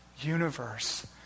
universe